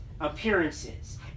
appearances